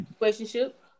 relationship